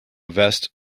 vest